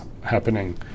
happening